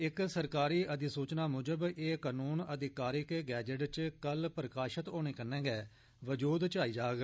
इक सरकारी अधिसूचना मुजब एह् कनून अधिकारिक गैजेट इच कल प्रकाशित होने कन्नै गै वजूद इच आई जाग